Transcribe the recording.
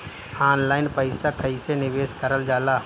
Online पईसा कईसे निवेश करल जाला?